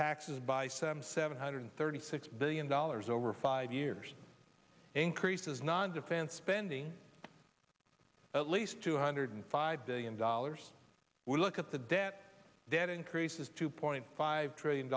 taxes by some seven hundred thirty six billion dollars over five years increases non defense spending at least two hundred five billion dollars we look at the debt debt increases two point five trillion